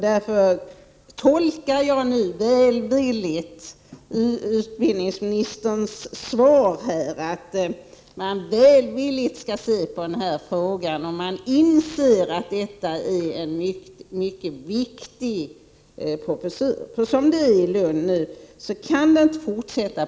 Jag tolkar utbildningsministerns svar så att man ser välvilligt på frågan och att man inser att det är en mycket viktig professur. Så som det nu är i Lund kan det inte fortsätta.